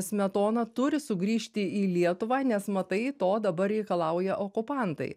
smetona turi sugrįžti į lietuvą nes matai to dabar reikalauja okupantai